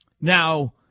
Now